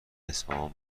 اصفهان